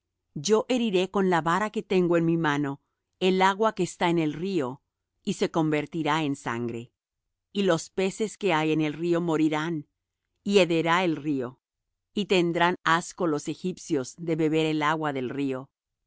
yo heriré con la vara que tengo en mi mano el agua que está en el río y se convertirá en sangre y los peces que hay en el río morirán y hederá el río y tendrán asco los egipcios de beber el agua del río